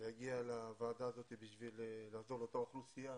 להגיע לוועדה הזאת בשביל לעזור לאותה אוכלוסייה